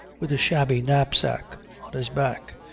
with a shabby knap-sack on his back,